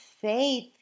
faith